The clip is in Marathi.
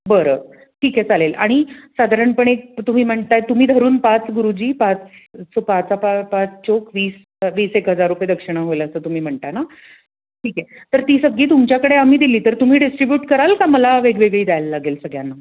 बरं ठीक आहे चालेल आणि साधारणपणे तुम्ही म्हणताय तुम्ही धरून पाच गुरुजी पाच पाचा पा पाच चोक वीस वीस एक हजार रुपये दक्षिण होईल असं तुम्ही म्हणता ना ठीक आहे तर ती सगळी तुमच्याकडे आम्ही दिली तर तुम्ही डिस्ट्रीब्यूट कराल का मला वेगवेगळी द्यायला लागेल सगळ्यांना